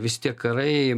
visi tie karai